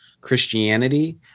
Christianity